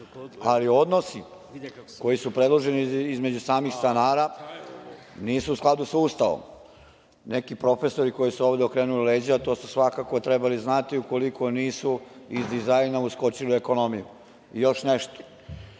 Ali, odnosi koji su predloženi između samih stanara nisu u skladu sa Ustavom. Neki profesori koji su ovde okrenuli leđa to su svakako trebali znati, ukoliko nisu iz dizajna uskočili u ekonomiju. Još nešto,